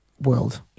world